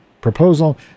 proposal